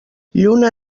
lluna